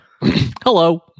Hello